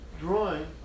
drawing